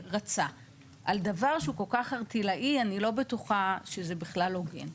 כי לא היו את הדברים בפניו,